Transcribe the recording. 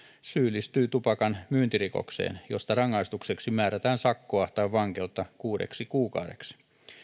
syyllistyy tupakan myyntirikokseen josta rangaistukseksi määrätään sakkoa tai vankeutta enintään kuudeksi kuukaudeksi